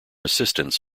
assistance